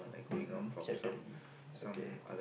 mhm certainly okay